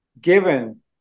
given